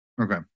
Okay